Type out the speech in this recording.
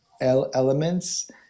elements